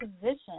position